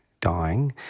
dying